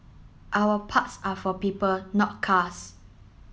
our parks are for people not cars